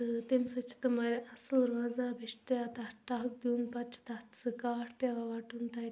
تہٕ تمہِ سۭتۍ چھِ تِم واریاہ اصل روزان بیٚیہِ چھِ تتھ ٹکھ دیُن پتہٕ چھِ تتھ سُہ کاٹھ پیٚوان وٹُن تتہِ